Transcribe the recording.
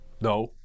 no